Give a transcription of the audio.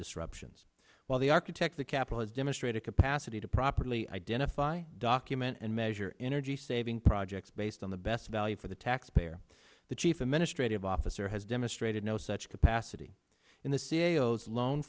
disruptions while the architect the capital has demonstrated capacity to properly identify document and measure energy saving projects based on the best value for the taxpayer the chief administrative officer has demonstrated no such asadi in the